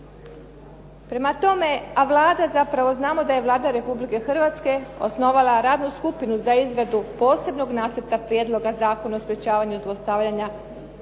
prema tome, a Vlada zapravo, znamo da je Vlada Republike Hrvatske osnovala radnu skupinu za izradu posebnog Nacrta prijedloga Zakona o sprječavanju zlostavljanja na